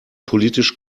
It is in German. politisch